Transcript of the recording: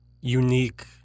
unique